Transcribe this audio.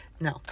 No